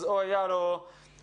אז או איל או מירי,